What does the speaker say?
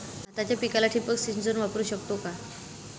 भाताच्या पिकाला ठिबक सिंचन वापरू शकतो का?